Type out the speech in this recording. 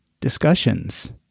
discussions